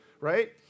right